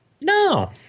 No